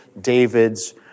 David's